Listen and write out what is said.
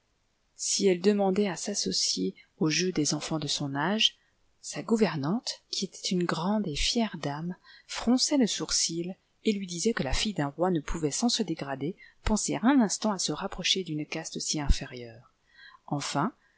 si elle demandait à s'associer aux jeux des enfants de son âge sa gouvernante qui était une grande et fière dame fronçait le sourcil et lui disait que la fille d'un roi ne pouvait sans se dégrader penser un instant à se rapprocher d'une caste si inférieure enfin